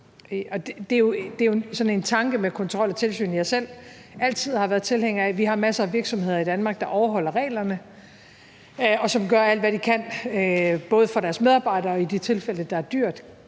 Det er jo sådan en tanke om kontrol og tilsyn, jeg altid selv har været tilhænger af. Vi har masser af virksomheder i Danmark, der overholder reglerne, og som gør alt, hvad de kan, for deres medarbejdere. Skal vi i de tilfælde, hvor det er dyrt,